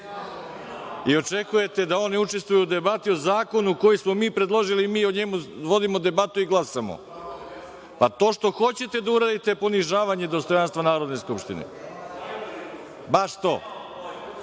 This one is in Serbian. i očekujete da oni učestvuju u debati o zakonu koji smo mi predložili, mi o njemu vodimo debatu i glasamo. Pa, to što hoćete da uradite je ponižavanje i dostojanstva Narodne skupštine. Baš to,